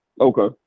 okay